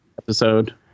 Episode